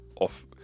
off